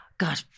God